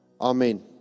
Amen